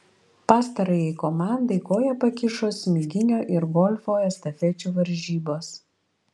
pastarajai komandai koją pakišo smiginio ir golfo estafečių varžybos